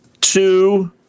two